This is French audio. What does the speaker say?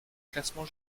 classement